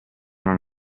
non